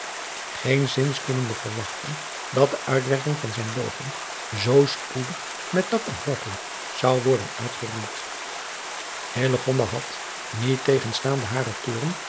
geenszins kunnende verwachten dat de uitwerking van zijne logen zoo spoedig met tak en wortel zou worden uitgeroeid had niettegenstaande haren toorn